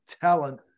talent